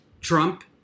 Trump